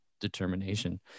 determination